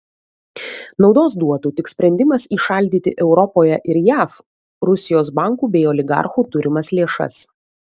naudos duotų tik sprendimas įšaldyti europoje ir jav rusijos bankų bei oligarchų turimas lėšas